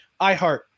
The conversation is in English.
iHeart